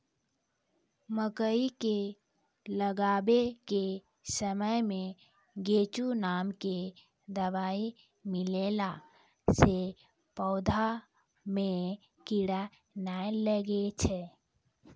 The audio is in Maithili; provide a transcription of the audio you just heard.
मकई के लगाबै के समय मे गोचु नाम के दवाई मिलैला से पौधा मे कीड़ा नैय लागै छै?